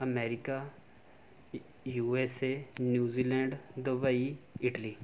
America USA New Zealand Dubai Italy